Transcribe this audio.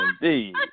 indeed